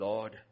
Lord